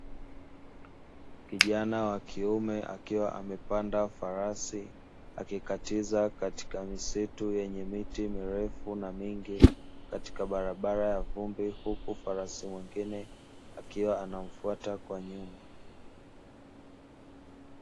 Kijana wa kiume akiwa amepanda farasi, akikatiza katika misitu yenye miti mirefu na mingi, katika barabara ya vumbi huku farasi mwingine, akiwa anamfuata kwa nyuma.